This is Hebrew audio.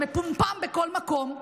שמפומפם בכל מקום,